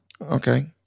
Okay